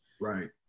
Right